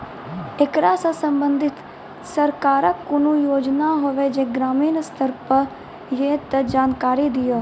ऐकरा सऽ संबंधित सरकारक कूनू योजना होवे जे ग्रामीण स्तर पर ये तऽ जानकारी दियो?